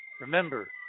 remember